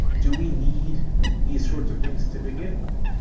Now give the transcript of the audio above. do we need these sorts of things to begin with?